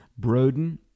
Broden